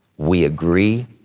we agree,